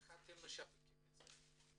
איך אתם משווקים את זה?